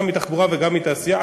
גם מתחבורה וגם מתעשייה.